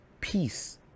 peace